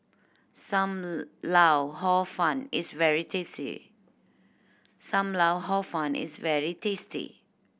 Sam lau Hor Fun is very tasty Sam Lau Hor Fun is very tasty